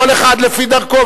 כל אחד לפי דרכו,